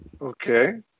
Okay